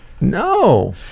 No